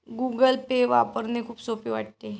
Google Pay वापरणे खूप सोपे वाटते